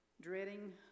dreading